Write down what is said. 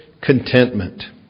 contentment